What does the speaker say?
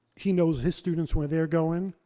he knows his students, where they're going.